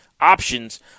options